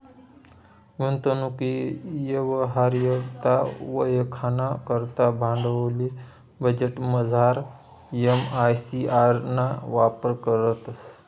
गुंतवणूकनी यवहार्यता वयखाना करता भांडवली बजेटमझार एम.आय.सी.आर ना वापर करतंस